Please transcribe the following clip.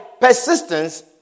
persistence